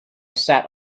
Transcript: sat